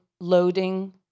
loading